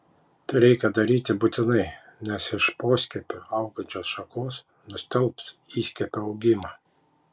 tai reikia daryti būtinai nes iš poskiepio augančios šakos nustelbs įskiepio augimą